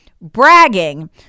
bragging